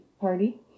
party